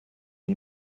die